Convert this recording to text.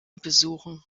besuchen